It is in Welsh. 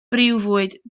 briwfwyd